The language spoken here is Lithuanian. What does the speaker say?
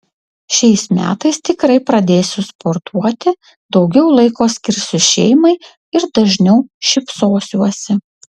šiais metais tikrai pradėsiu sportuoti daugiau laiko skirsiu šeimai ir dažniau šypsosiuosi